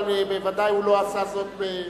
אבל בוודאי הוא לא עשה זאת במזיד.